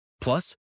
Plus